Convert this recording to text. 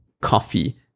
coffee